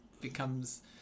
becomes